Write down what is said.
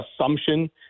assumption